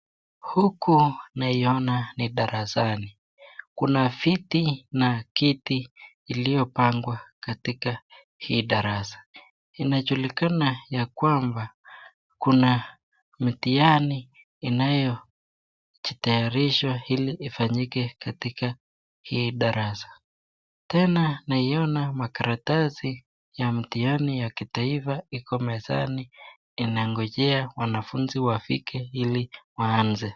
Huku naiona ni darasani, kuna viti na kiti iliyopangwa katika hii darasa, inajulikana ya kwamba kuna mtihani inayo jitayarishwa ili ifanyike katika hii darasa. Tena naiona makaratasi ya mitihani wa kitaifa iko mezani inangojea wanafuzi wafike ili waanze.